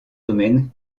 domaines